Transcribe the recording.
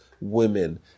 women